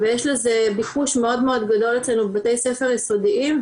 ויש לזה ביקוש מאוד מאוד גדול אצלנו בבתי ספר יסודיים,